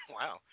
wow